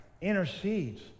intercedes